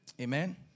Amen